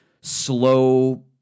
slow